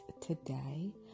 today